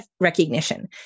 recognition